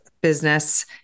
business